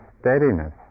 steadiness